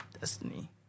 Destiny